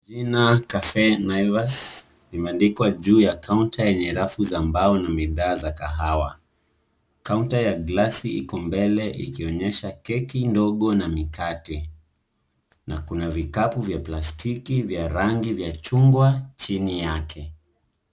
Jina Cafe Naivas limeandikwa juu ya kaunta yenye rafu za mbao na midhaa za kahawa. Kaunta ya glasi iko mbele ikionyesha keki ndogo na mikate. Na kuna vikapu vya plastiki vya rangi yva chungwa chini yake.